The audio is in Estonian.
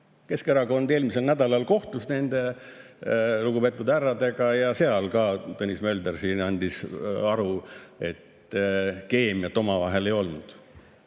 Keskerakond eelmisel nädalal kohtus nende lugupeetud härradega ja Tõnis Mölder andis siin aru, et keemiat omavahel ei olnud.